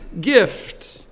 gift